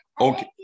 Okay